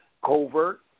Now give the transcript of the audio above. covert